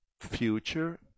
future